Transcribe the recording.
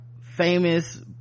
famous